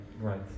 Right